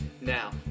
Now